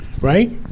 Right